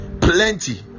plenty